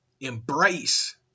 embrace